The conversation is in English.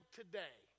today